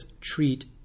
treat